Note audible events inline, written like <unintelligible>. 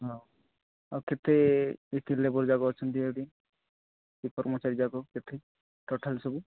ହଁ ଆଉ କେତେ <unintelligible> ଲେବର୍ ଯାକ ଅଛନ୍ତି ଆହୁରି କର୍ମଚାରୀ ଯାକ କେତେ ତଥାପି ସବୁ